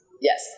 Yes